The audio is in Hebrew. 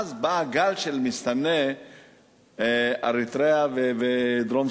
ואז בא הגל של מסתנני אריתריאה ודרום-סודן.